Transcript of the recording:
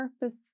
purpose